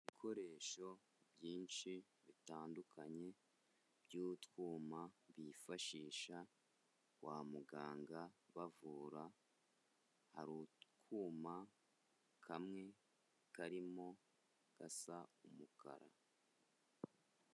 Ibikoresho byinshi bitandukanye by'utwuma bifashisha kwa muganga bavura, hari utwuma kamwe karimo gasa umukara.